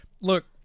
look